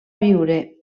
viure